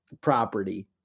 property